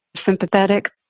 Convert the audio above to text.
sympathetic.